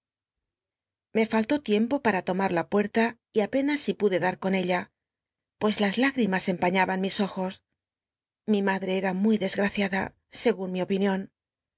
falló tiem o para tomar la pucrla y apenas si pude dar con ella pues las l igrimas empañaban mis ojos mi madre era muy desgraciada segun mi opinion